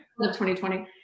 2020